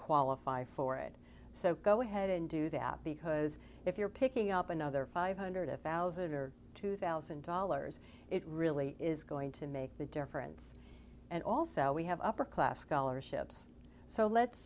qualify for it so go ahead and do that because if you're picking up another five hundred thousand or two thousand dollars it really is going to make the difference and also we have upper class scholarships so let's